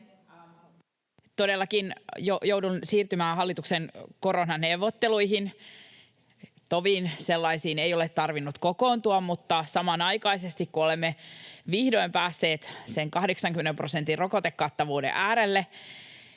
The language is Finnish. Todellakin joudun siirtymään hallituksen koronaneuvotteluihin. Toviin sellaisiin ei ole tarvinnut kokoontua, mutta samanaikaisesti, kun olemme vihdoin päässeet sen 80 prosentin rokotekattavuuden äärelle,